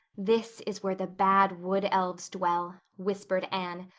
this is where the bad wood elves dwell, whispered anne.